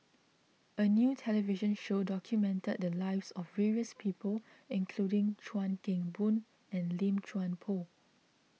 a new television show documented the lives of various people including Chuan Keng Boon and Lim Chuan Poh